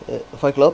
eh fight club